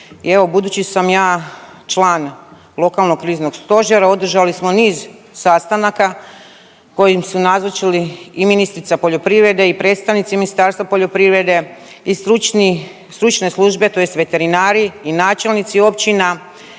budući sam ja član lokalnog kriznog stožera održali smo niz sastanaka kojim su nazočili i ministrica poljoprivrede i predstavnici Ministarstva poljoprivrede i stručni, stručne službe tj. veterinari i načelnici općina